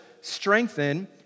strengthen